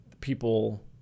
people